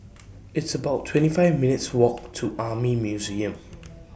It's about twenty five minutes' Walk to Army Museum